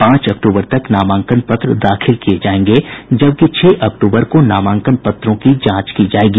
पांच अक्टूबर तक नामांकन पत्र दाखिल किए जाएंगे जबकि छह अक्टूबर को नामांकन पत्रों की जांच की जाएगी